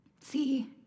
See